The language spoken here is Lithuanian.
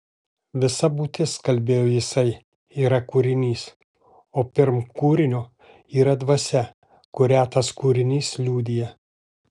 visa būtis kalbėjo jisai yra kūrinys o pirm kūrinio yra dvasia kurią tas kūrinys liudija